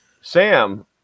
sam